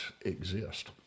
exist